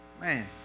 Man